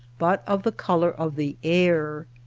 but of the color of the air.